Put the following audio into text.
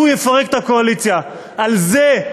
הוא יפרק את הקואליציה, על זה,